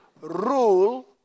rule